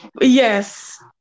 Yes